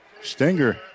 Stinger